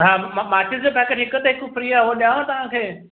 हा मां माचिस जो पैकेट हिक ते हिकु फ्री आ उहो ॾियांव तव्हांखे